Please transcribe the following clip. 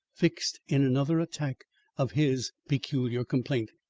fixed in another attack of his peculiar complaint.